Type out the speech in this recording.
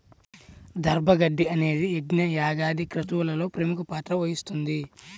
దర్భ గడ్డి అనేది యజ్ఞ, యాగాది క్రతువులలో ప్రముఖ పాత్ర వహిస్తుంది